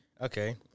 Okay